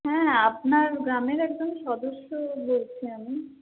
হ্যাঁ আপনার গ্রামের একজন সদস্য বলছি আমি